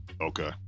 Okay